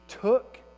took